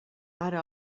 ara